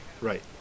Right